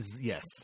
Yes